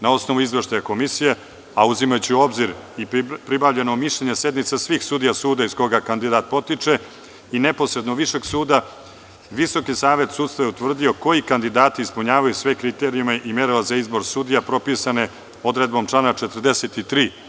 Na osnovu izveštaja Komisije, a uzimajući u obzir i pribavljeno mišljenje sednica svih sudija suda iz koga kandidat potiče i neposredno Višeg suda, Visoki savet sudstva je utvrdio koji kandidati ispunjavaju sve kriterijume i merila za izbor sudija propisane odredbom člana 43.